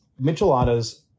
micheladas